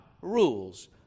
rules